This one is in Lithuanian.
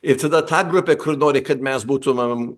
ir tada ta grupė kur nori kad mes būtumėm